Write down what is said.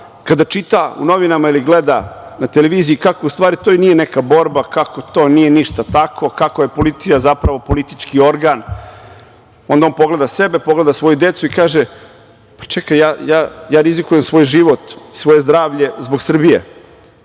kada čita u novinama ili gleda na televiziji kako u stvari to i nije neka borba, kako to nije ništa tako, kako je policija zapravo politički organ? Onda on pogleda sebe, pogleda svoju decu i kaže – čekaj, ja rizikujem svoj život, svoje zdravlje zbog Srbije,